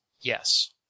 Yes